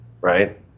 right